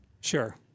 Sure